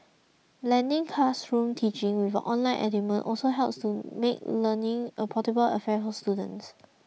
blending classroom teaching with an online element also helps to make learning a portable affair for students